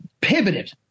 pivoted